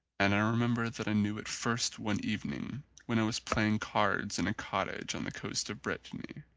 and i remember that i knew it first one evening when i was playing cards in a cottage on the coast of brittany.